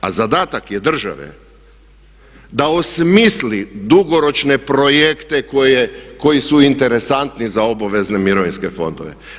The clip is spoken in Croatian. A zadatak je države da osmisli dugoročne projekte koji su interesantni za obvezne mirovinske fondove.